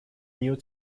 new